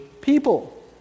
people